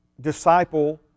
disciple